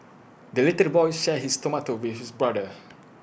the little boy shared his tomato with his brother